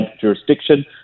jurisdiction